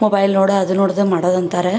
mobile ನೋಡು ಅದು ನೋಡೋದು ಮಾಡೋದು ಅಂತಾರೆ